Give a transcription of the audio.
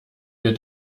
wir